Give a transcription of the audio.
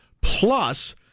plus